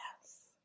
yes